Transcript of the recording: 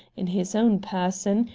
in his own person,